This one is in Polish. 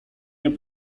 nie